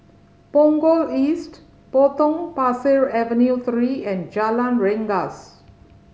Punggol East Potong Pasir Avenue Three and Jalan Rengas